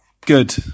Good